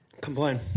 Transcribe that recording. Complain